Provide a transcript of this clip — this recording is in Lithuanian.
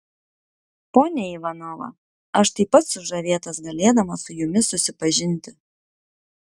ponia ivanova aš taip pat sužavėtas galėdamas su jumis susipažinti